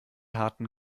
harten